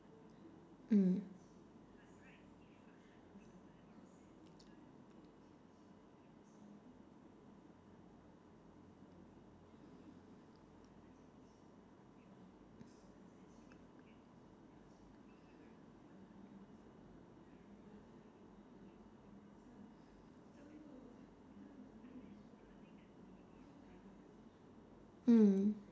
mm mm